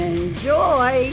Enjoy